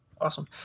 Awesome